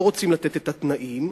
לא רוצים לתת את התנאים.